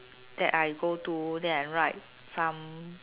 that I go to then I write some